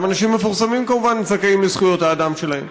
גם אנשים מפורסמים כמובן זכאים לזכויות האדם שלהם,